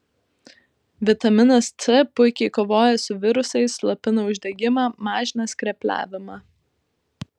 vitaminas c puikiai kovoja su virusais slopina uždegimą mažina skrepliavimą